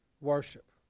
worship